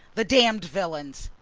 the damned villains!